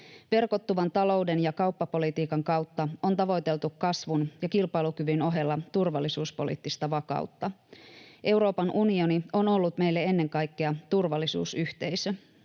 Verkottuvan talouden ja kauppapolitiikan kautta on tavoiteltu kasvun ja kilpailukyvyn ohella turvallisuuspoliittista vakautta. Euroopan unioni on ollut meille ennen kaikkea turvallisuusyhteisö.